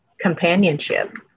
companionship